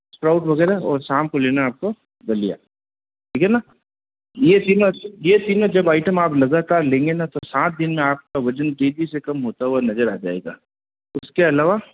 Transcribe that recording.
sprout वगैरह और शाम को लेना है आपको दलिया ठीक है ना ये तीनों ये तीनों जब आइटम आप लगातार लेंगे ना तो सात दिन में आपका वजन तेजी से कम होता हुआ नजर आ जाएगा उसके अलावा